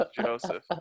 Joseph